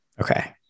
Okay